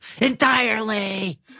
Entirely